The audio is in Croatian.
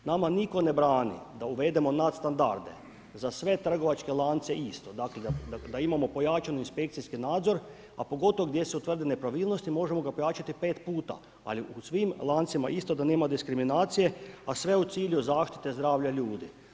Nama nitko ne brani da uvedemo nad standarde za sve trgovačke lance isto, dakle, da imamo pojačanu inspekcijski nadzor, a pogotovo gdje se utvrdi nepravilnosti, možemo ga pojačati 5 puta, ali u svim lancima isto, da nema diskriminacije, a sve u cilju zašite zdravlja ljudi.